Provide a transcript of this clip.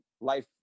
life